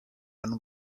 and